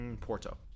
Porto